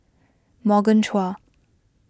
Morgan Chua